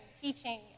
teaching